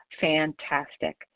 fantastic